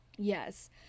Yes